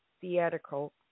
theatrical